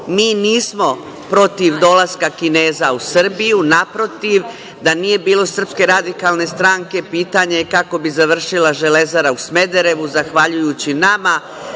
Mi nismo protiv dolaska Kineza u Srbiju, naprotiv, da nije bilo SRS, pitanje je kako bi završila „Železara“ u Smederevu, a zahvaljujući nama,